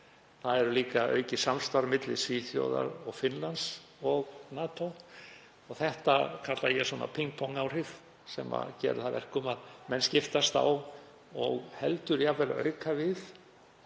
það er líka aukið samstarf milli Svíþjóðar og Finnlands og NATO. Þetta kalla ég svona ping-pong áhrif sem gera að verkum að menn skiptast á og jafnvel auka